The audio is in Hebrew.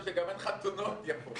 בהעלאת ריביות על-ידי הבנקים.